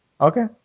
Okay